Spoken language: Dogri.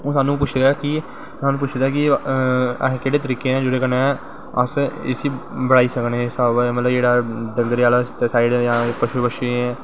ते हून साह्नू पुच्छे दा ऐ कि केह्ड़े तरीके नै जेह्दे कन्नैं अस इसी बड़ाई सकनें मतलव कि जेह्ड़ा डंगरें आह्ली साईड कटू बंछें गी